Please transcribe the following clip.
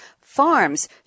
farms